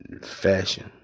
fashion